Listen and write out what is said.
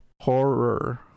Horror